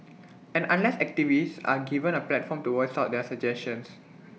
and unless activists are given A platform to voice out their suggestions